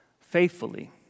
Faithfully